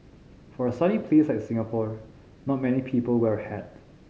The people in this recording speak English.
for a sunny place like Singapore not many people wear a hat